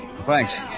Thanks